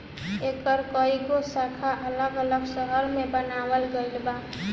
एकर कई गो शाखा अलग अलग शहर में बनावल गईल बा